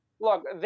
Look